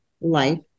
life